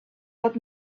but